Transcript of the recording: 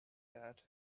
that